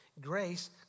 Grace